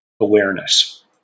awareness